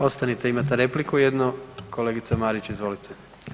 Ostanite imate repliku jednu, kolegica Marić, izvolite.